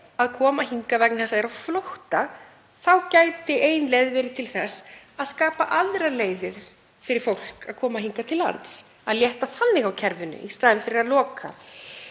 að koma hingað vegna þess að það er á flótta, þá gæti ein leið til þess verið að skapa aðrar leiðir fyrir fólk til að koma hingað til lands, að létta þannig á kerfinu í staðinn fyrir að loka,